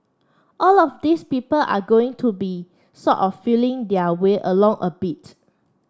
all of these people are going to be sort of feeling their way along a bit